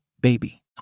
baby